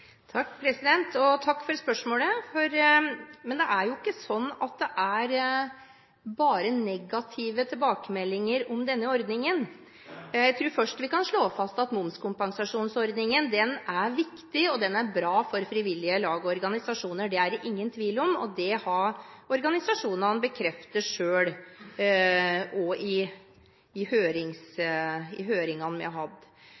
Takk for spørsmålet. Det er jo ikke bare negative tilbakemeldinger om denne ordningen. Jeg tror først vi kan slå fast at momskompensasjonsordningen er viktig, og den er bra for frivillige lag og organisasjoner. Det er det ingen tvil om, og det har organisasjonene selv bekreftet i høringene vi har hatt.